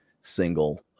single